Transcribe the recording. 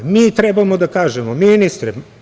Mi trebamo da kažemo – ministre…